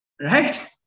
right